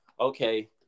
okay